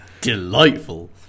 delightful